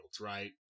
right